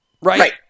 Right